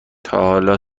تاحالا